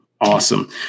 awesome